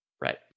Right